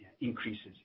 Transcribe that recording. increases